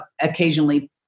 occasionally